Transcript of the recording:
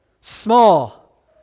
Small